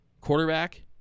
quarterback